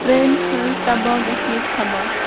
ٹرینِہ ہٕنٛز تباہ گژھنٕچ خبر